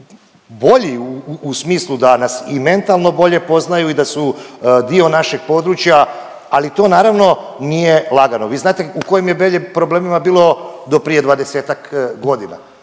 bolji u smislu da nas i mentalno bolje poznaju i da su dio našeg područja, ali to naravno nije lagano, vi znate u kojim je Belje problemima bilo do prije 20-tak godina.